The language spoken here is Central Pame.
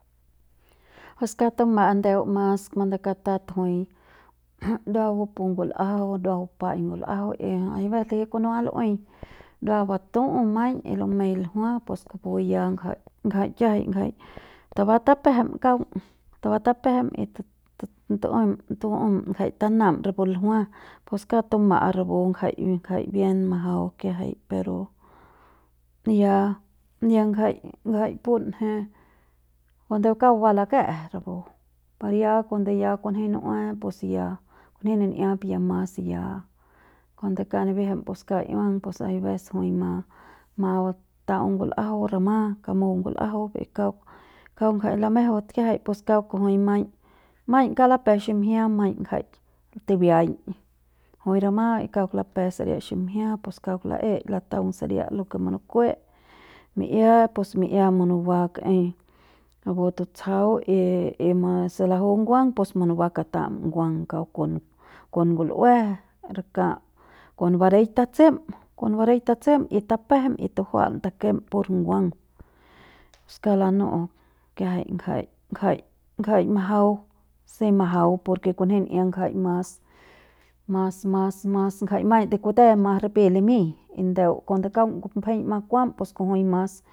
Pus kauk tuma'a ndeu mas cuando katat jui dua bupu ngul'ajau dua bupa'aik ngul'ajau y jui buen liji kunua dua lu'ui dua batu'u maiñ y lumei ljua pus kupu ya ngja ngjai kiajaiñ ngjai tabama tapejem kaung tabam tapejem y y tu'um tu'um ngjai tanam rapu ljua pus kauk tuma'a rapu ngjai ngjai bien majau kiajai pero ya ya ngjai ngjai punje cuando kauk ba lake'e rapu per ya cuando ya kunji nu'ue pus ya kunji nan'ia pus ya mas ya caundo kauk nibijim pus kauk iuang pus aives jui ma ma luta'au ngul'ajau rama kamu ngul'ajau y kauk kauk ngja lamejeu kiajai pus kauk kujui maiñ maiñ kauk lape ximjia maiñ ngja tibiaiñ jui rama y kauk lape saria ximjia pus kauk laei lataung sania lo ke munukue mi'ia pus mi'ia munuba kaei rapu tutsjau y y si laju nguang pus munuba kata'am nguaung kauk kon kon ngul'ue rakap kon bareik tatsem kon bareik tatsem y tapejem y tujua'am y takem pur nguang pus kauk lanu'u kiajai ngjai ngjai ngjai majau si majau por ke kunji n'ia ngjai mas mas mas mas ngjai maiñ de kute mas ripi limiñ y ndeu cuando kauk de kupjeima kuam pus kujui mas.